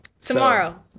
tomorrow